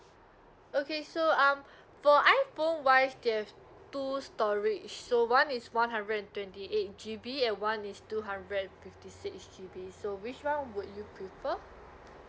okay so um for iphone wise they have two storage so one is one hundred and twenty eight G_B and one is two hundred and fifty six G_B so which one would you prefer